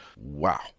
wow